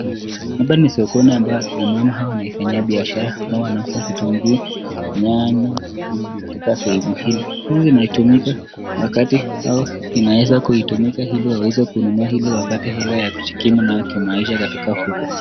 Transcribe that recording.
Hapa ni sokoni ambayo akina mama hawa wanafanyia biashara ambao wanauza vitunguu nyanya katika sehemu hili. Hii inatumika wakati au inaweza kutumika ili waweze kununua au wapate hela ya kujikimu nayo kimaisha katika huku.